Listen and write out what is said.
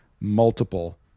multiple